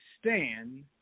stand